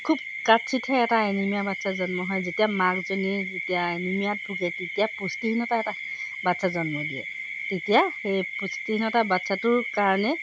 খুব কাৎচিৎ হে এটা এনিমিয়া বাচ্ছা জন্ম হয় যেতিয়া মাকজনী যেতিয়া এনিমিয়াত ভোগে তেতিয়া পুষ্টিহীনতা এটা বাচ্ছা জন্ম দিয়ে তেতিয়া সেই পুষ্টিহীনতা বাচ্ছাটোৰ কাৰণে